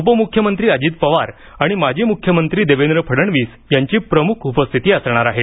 उपमुख्यमंत्री अजित पवार आणि माजी मुख्यमंत्री देवेंद्र फडणवीस यांची प्रमुख उपस्थिती असणार आहे